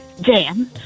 Dan